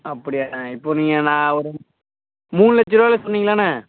அப்படியாங்க இப்போது நீங்கள் நான் ஓரு மூணு லட்சம் ரூபால சொன்னிங்கள்லண்ணே